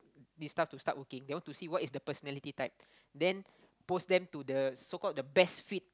this staff to start working they want to see what is the personality type then post them to the so called the best fit